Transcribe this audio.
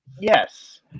yes